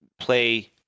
play